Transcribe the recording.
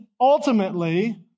ultimately